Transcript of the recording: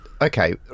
okay